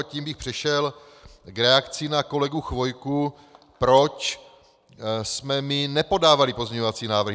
A tím bych přešel k reakci na kolegu Chvojku, proč jsme my nepodávali pozměňovací návrhy.